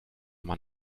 man